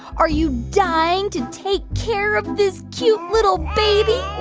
are you dying to take care of this cute, little baby?